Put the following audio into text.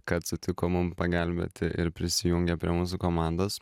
kad sutiko mum pagelbėti ir prisijungė prie mūsų komandos